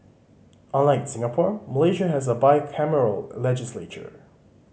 unlike Singapore Malaysia has a bicameral legislature